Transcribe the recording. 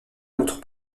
notre